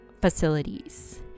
facilities